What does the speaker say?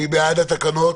מי בעד התקנות,